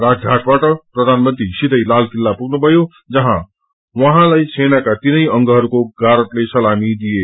राजघाटबाट प्रधानमंत्री सीधै लाल किल्ला पुग्नुभयो जहाँ उहाँलाई सेनाका तीनै अंगहरूको गारदले सलामी दिए